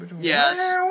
Yes